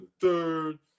third